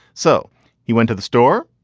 so he went to the store.